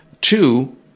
Two